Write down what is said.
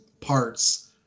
parts